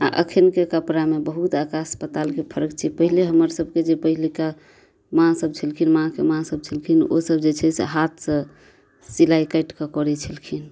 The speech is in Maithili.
आ अखनके कपड़ामे बहुत आकाश पतालके फरक छै पहिले हमर सभके जे पहिलका माँ सभ छलखिन माँके माँ सभ छलखिन ओ सभ जे छै से हाथसँ सिलाइ काटि कऽ करै छलखिन